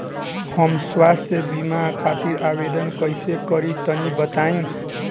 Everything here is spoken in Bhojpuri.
हम स्वास्थ्य बीमा खातिर आवेदन कइसे करि तनि बताई?